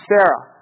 Sarah